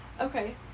Okay